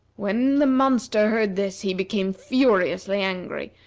when the monster heard this, he became furiously angry.